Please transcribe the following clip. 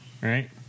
right